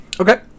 okay